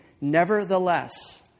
nevertheless